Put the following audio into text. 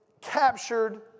captured